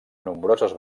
nombroses